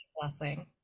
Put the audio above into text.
blessing